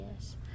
yes